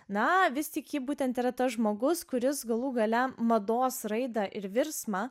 na vis tik ji būtent yra tas žmogus kuris galų gale mados raidą ir virsmą